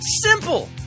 Simple